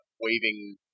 waving